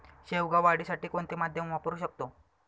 शेवगा वाढीसाठी कोणते माध्यम वापरु शकतो?